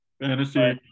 Fantasy